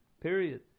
period